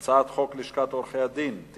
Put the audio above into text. בעד, 8,